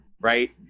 right